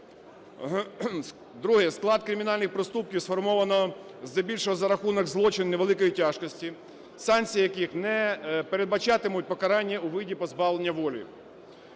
Друге. Склад кримінальних проступків сформовано здебільшого за рахунок злочинів невеликої тяжкості, санкції яких не передбачатимуть покарання у виді позбавлення волі.